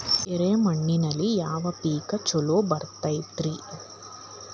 ಎರೆ ಮಣ್ಣಿನಲ್ಲಿ ಯಾವ ಪೇಕ್ ಛಲೋ ಬರತೈತ್ರಿ?